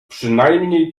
przynajmniej